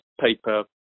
paper